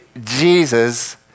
Jesus